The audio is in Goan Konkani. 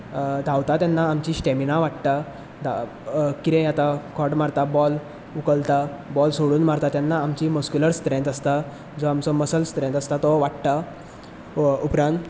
धांवता तेन्ना आमची स्टेमिना वाडटा कितेंय आतां खोट मारता बॉल उखलता बॉल सोडून मारता तेन्ना आमची मसक्युलर स्ट्रेंथ आसता जो आमचो मसल स्ट्रेंथ आसा तो वाडटा उपरांत